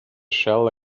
shell